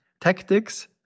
tactics